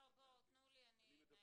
תנו לי, אני אנהל את הדיון.